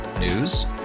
News